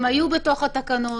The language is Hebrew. הם היו בתוך התקנות,